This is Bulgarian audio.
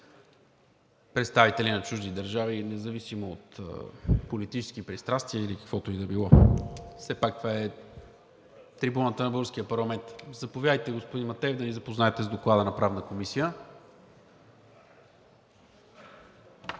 представители на чужди държави независимо от политически пристрастия или каквото и да било. Все пак това е трибуната на българския парламент. Заповядайте, господин Матеев, да ни запознаете с Доклада на Правната комисия.